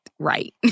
right